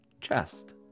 chest